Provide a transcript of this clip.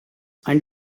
and